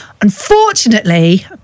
Unfortunately